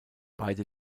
beide